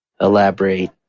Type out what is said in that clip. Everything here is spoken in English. elaborate